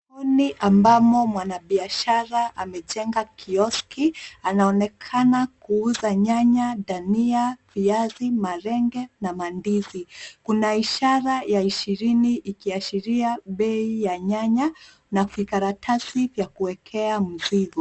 Kuni ambamo mwanabiashara amejenga kioski, anaonekana kuuza nyanya, dania, viazi, malenge na mandizi. Kuna ishara ya ishirini ikiashiria bei ya nyanya na vikaratasi vya kuekea mzigo.